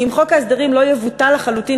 אם חוק ההסדרים לא יבוטל לחלוטין,